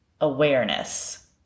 awareness